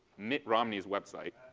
mitt romney's website.